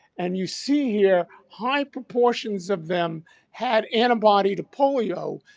and you see here, high proportions of them had antibody to polio,